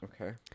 Okay